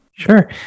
Sure